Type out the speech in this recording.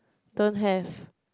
don't have